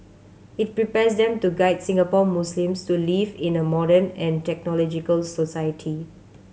it prepares them to guide Singapore Muslims to live in a modern and technological society